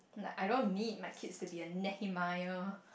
like I don't need my kids to be a Nehemiah